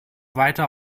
weiter